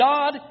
God